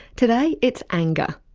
today it's anger.